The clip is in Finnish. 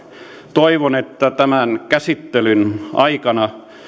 toivon että tämän käsittelyn aikana